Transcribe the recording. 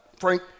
Frank